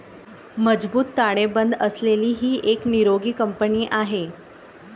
मजबूत ताळेबंद असलेली ही एक निरोगी कंपनी आहे